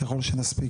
ככל שנספיק,